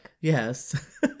Yes